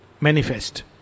manifest